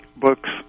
books